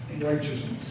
righteousness